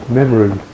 memory